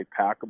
packable